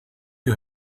you